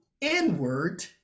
inward